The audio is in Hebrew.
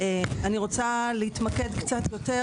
אני רוצה להתמקד קצת יותר